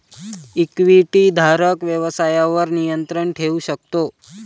इक्विटीधारक व्यवसायावर नियंत्रण ठेवू शकतो